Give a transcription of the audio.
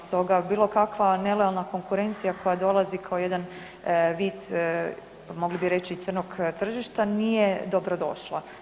Stoga bilokakva nelojalna konkurencija koja dolazi kao jedan vid mogli bi reći, crnog tržišta, nije dobrodošla.